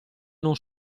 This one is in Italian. non